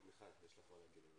מיכל, יש לך מה לומר?